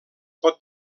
pot